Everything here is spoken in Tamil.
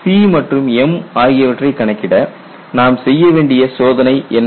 C மற்றும் m ஆகியவற்றைக் கணக்கிட நாம் செய்ய வேண்டிய சோதனை என்ன